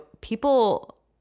people